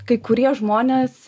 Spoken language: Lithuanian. kai kurie žmonės